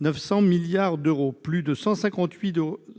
900 milliards d'euros. Plus de 158